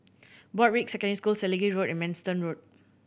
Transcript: Broadrick Secondary School Selegie Road and Manston Road